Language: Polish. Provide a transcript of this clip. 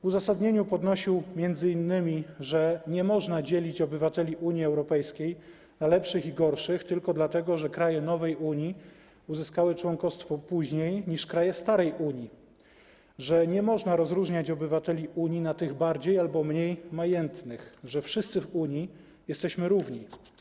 W uzasadnieniu podnosił m.in., że nie można dzielić obywateli Unii Europejskiej na lepszych i gorszych tylko dlatego, że kraje nowej Unii uzyskały członkostwo później niż kraje starej Unii, że nie można rozróżniać obywateli Unii na tych bardziej albo mniej majętnych, że wszyscy w Unii jesteśmy równi.